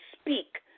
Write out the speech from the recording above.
speak